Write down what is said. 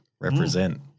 represent